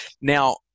Now